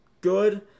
good